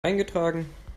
eingetragen